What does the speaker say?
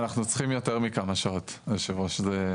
צריכים יותר מכמה שעות, אדוני יושב הראש.